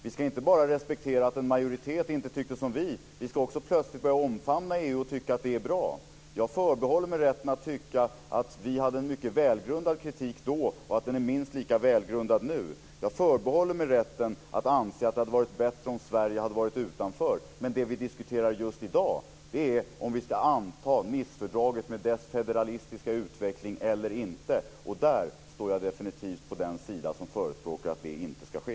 Vi ska inte bara respektera att en majoritet inte tyckte som vi; vi ska också plötsligt börja omfamna EU och tycka att det är bra. Jag förbehåller mig rätten att tycka att vi hade en mycket välgrundad kritik då och att den är minst lika välgrundad nu. Jag förbehåller mig rätten att anse att det hade varit bättre om Sverige hade stått utanför. Men det vi diskuterar just i dag är om vi ska anta Nicefördraget med dess federalistiska inriktning eller inte. Där står jag definitivt på den sida där man förespråkar att det inte ska ske.